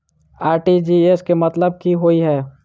RTGS केँ मतलब की होइ हय?